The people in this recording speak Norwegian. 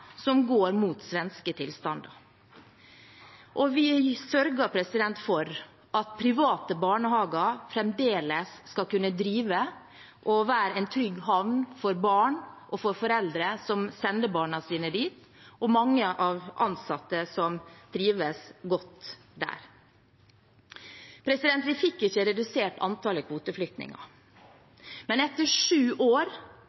som går mot svenske tilstander. Vi sørger for at private barnehager fremdeles skal kunne drive og være en trygg havn for barn, for foreldre som sender barna sine dit, og for de mange ansatte som trives godt der. Vi fikk ikke redusert antallet